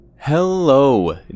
Hello